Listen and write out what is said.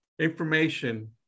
information